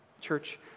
Church